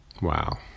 Wow